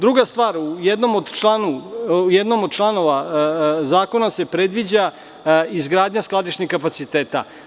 Druga stvar, u jednom od članova zakona se predviđa izgradnja skladišnih kapaciteta.